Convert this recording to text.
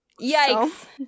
yikes